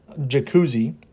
jacuzzi